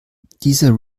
dieser